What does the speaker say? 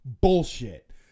bullshit